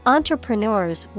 Entrepreneurs